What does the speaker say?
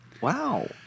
Wow